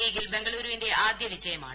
ലീഗിൽ ബംഗളൂരുവിന്റെ ആദ്യ വിജയമാണ്